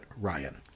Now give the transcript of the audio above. Ryan